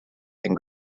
and